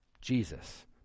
Jesus